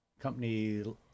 Company